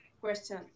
question